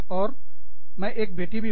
और मैं एक बेटी भी हूँ